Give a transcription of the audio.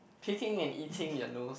picking and eating your nose